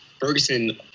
Ferguson